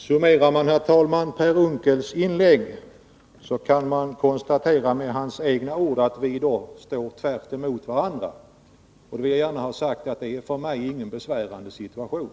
Herr talman! Summerar man Per Unckels inlägg, kan man konstatera med hans egna ord att vi står tvärtemot varandra. Jag vill gärna ha sagt att det för mig inte är någon besvärande situation.